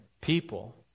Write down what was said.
people